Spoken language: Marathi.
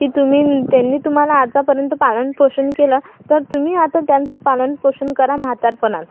की तुम्ही त्यांनी तुम्हाला आतापर्यंत पालनपोषण केलं तर तुम्ही आता त्यांचं पालनपोषण करा म्हातारपणात